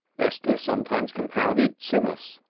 esther sometimes compounded tzimmus,